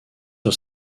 sur